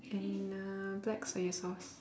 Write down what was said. and uh black soya sauce